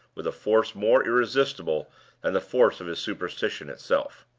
with a force more irresistible than the force of his superstition itself.